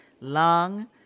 lung